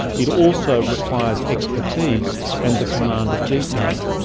it also requires expertise and the command of detail.